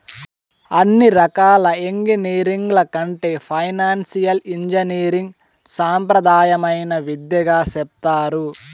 అన్ని రకాల ఎంగినీరింగ్ల కంటే ఫైనాన్సియల్ ఇంజనీరింగ్ సాంప్రదాయమైన విద్యగా సెప్తారు